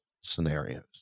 scenarios